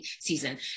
season